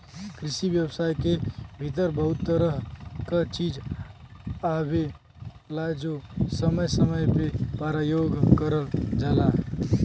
कृषि व्यवसाय के भीतर बहुत तरह क चीज आवेलाजो समय समय पे परयोग करल जाला